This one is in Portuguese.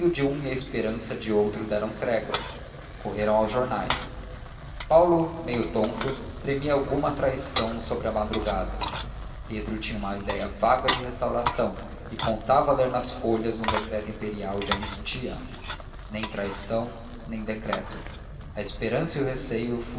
de um e a esperança de outro deram tréguas correram aos jornais paulo meio tonto temia alguma traição sobre a madrugada pedro tinha uma ideia vaga de restauração e contava ler nas folhas um decreto imperial de anistia nem traição nem decreto a esperança e o receio